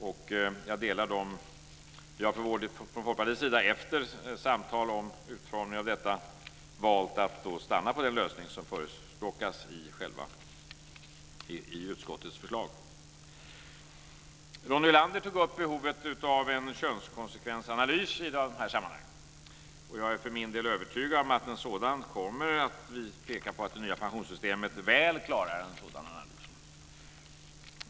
Efter samtal om utformningen av detta har vi från Folkpartiet valt att stanna vid den lösning som förespråkas i utskottets förslag. Ronny Olander tog upp behovet av en könskonsekvensanalys. Jag är för min del övertygad om att en sådan kommer. Men jag vill peka på att det nya pensionssytemet väl klarar en sådan analys.